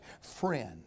friend